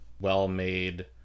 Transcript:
well-made